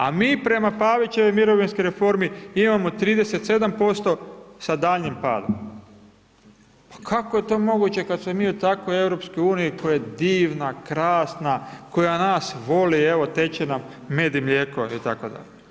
A mi prema Pavićevoj mirovinskoj reformi imamo 37% sa daljnjim padom, pa kako je to moguće kad smo mi u takvoj EU koja je divna, krasna, koja nas voli, evo teče nam med i mlijeko, itd.